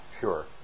sure